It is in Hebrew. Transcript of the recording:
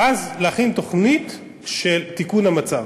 ואז להכין תוכנית של תיקון המצב,